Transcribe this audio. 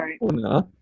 right